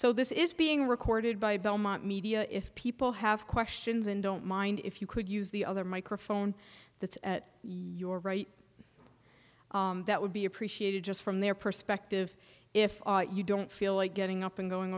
so this is being recorded by belmont media if people have questions and don't mind if you could use the other microphone that's at your right that would be appreciated just from their perspective if you don't feel like getting up and going